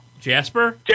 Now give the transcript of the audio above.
Jasper